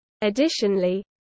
Additionally